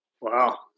Wow